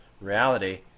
reality